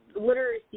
Literacy